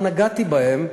לא נגעתי בהם.